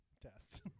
test